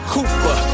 Cooper